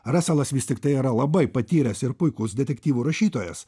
raselas vis tiktai yra labai patyręs ir puikus detektyvų rašytojas